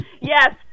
yes